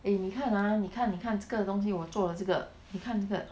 eh 你看 ah 你看你看这个东西我做的这个你看这个